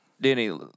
Denny